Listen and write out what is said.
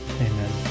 amen